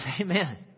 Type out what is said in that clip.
Amen